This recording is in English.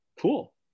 cool